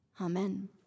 Amen